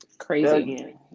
Crazy